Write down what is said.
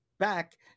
Back